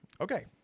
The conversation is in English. okay